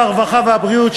הרווחה והבריאות,